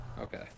Okay